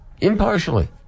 Impartially